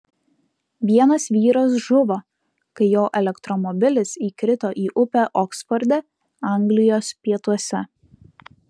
vienas vyras žuvo kai jo elektromobilis įkrito į upę oksforde anglijos pietuose